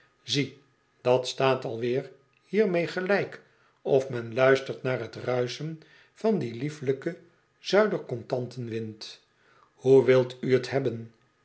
zie dat staat alweer hiermee gelijk of men luistert naar t rulschen van dien liefelijken zuider contanten wind hoe wilt u t hebben